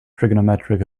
trigonometric